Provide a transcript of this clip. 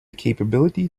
capability